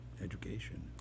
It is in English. education